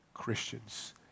Christians